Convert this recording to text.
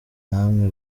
namwe